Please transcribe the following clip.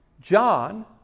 John